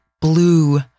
blue